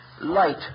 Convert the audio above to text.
light